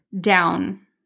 down